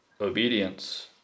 obedience